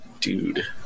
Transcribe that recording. dude